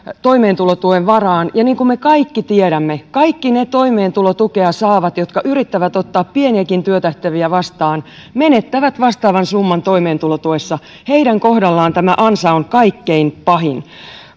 toimeentulotuen varaan ja niin kuin me kaikki tiedämme kaikki ne toimeentulotukea saavat jotka yrittävät ottaa pieniäkin työtehtäviä vastaan menettävät vastaavan summan toimeentulotuessa heidän kohdallaan tämä ansa on kaikkein pahin